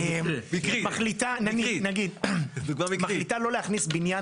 עיריית תל אביב מחליטה לא להכניס בניין